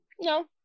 no